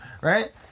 right